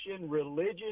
religious